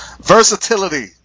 versatility